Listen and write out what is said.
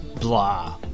blah